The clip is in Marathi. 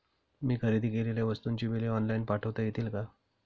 मी खरेदी केलेल्या वस्तूंची बिले ऑनलाइन पाठवता येतील का?